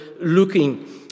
looking